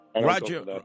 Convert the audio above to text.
Roger